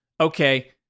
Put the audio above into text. okay